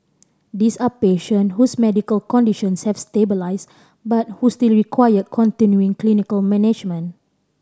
these are patient whose medical conditions have stabilised but who still require continuing clinical management